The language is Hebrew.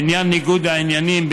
בעניין ניגוד העניינים,